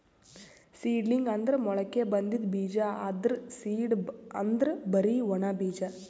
seedling ಅಂದ್ರ ಮೊಳಕೆ ಬಂದಿದ್ ಬೀಜ, ಆದ್ರ್ ಸೀಡ್ ಅಂದ್ರ್ ಬರಿ ಒಣ ಬೀಜ